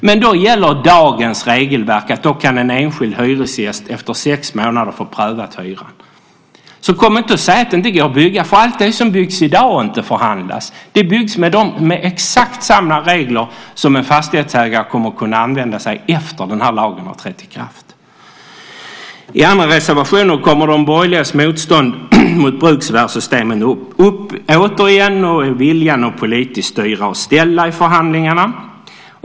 Men då gäller dagens regelverk, och då kan en enskild hyresgäst efter sex månader få hyran prövad. Så kom inte och säg att det inte går att bygga därför att allt det som byggs i dag inte förhandlas. Det byggs med exakt samma regler som en fastighetsägare kommer att kunna använda sig av efter att denna lag har trätt i kraft. I andra reservationer kommer de borgerligas motstånd mot bruksvärdessystemet återigen upp och viljan att politiskt styra och ställa i förhandlingarna.